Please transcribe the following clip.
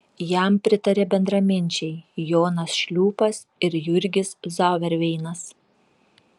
jam pritarė bendraminčiai jonas šliūpas ir jurgis zauerveinas